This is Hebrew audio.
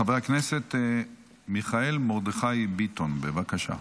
חבר הכנסת מיכאל מרדכי ביטון, בבקשה,